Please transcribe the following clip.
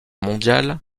mondiale